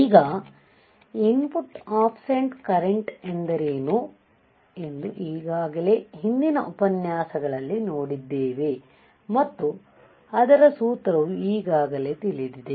ಈಗ input offset current ಎಂದರೇನು ಎಂದು ಈಗಾಗಲೇ ಹಿಂದಿನ ಉಪನ್ಯಾಸಗಳಲ್ಲಿ ನೋಡಿದ್ದೇವೆ ಮತ್ತು ಅದರ ಸೂತ್ರವು ಈಗಾಗಲೇ ತಿಳಿದಿದೆ